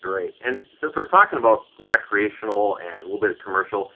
morris great. and since we're talking about recreational and a little bit of commercial,